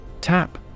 Tap